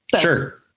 Sure